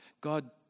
God